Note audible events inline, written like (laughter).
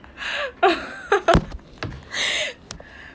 (laughs)